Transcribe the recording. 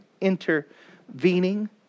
intervening